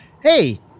hey